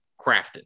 crafted